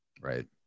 right